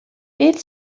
beth